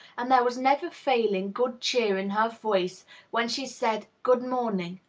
and there was never-failing good-cheer in her voice when she said good-morning.